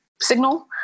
signal